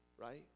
right